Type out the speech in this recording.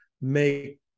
make